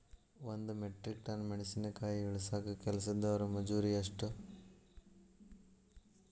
ಒಂದ್ metric ton ಮೆಣಸಿನಕಾಯಿ ಇಳಸಾಕ್ ಕೆಲಸ್ದವರ ಮಜೂರಿ ಎಷ್ಟ?